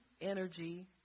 energy